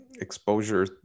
exposure